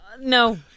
No